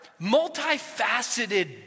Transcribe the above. multifaceted